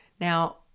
now